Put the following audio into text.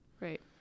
Right